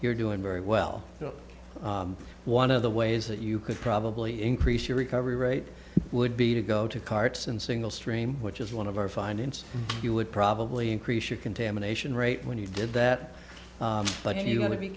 you're doing very well so one of the ways that you could probably increase your recovery rate would be to go to carts in single stream which is one of our findings you would probably increase your contamination rate when you did that but you want to be